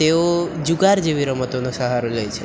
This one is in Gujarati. તેઓ જુગાર જેવી રમતોનો સહારો લે છે